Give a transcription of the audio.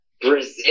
Brazil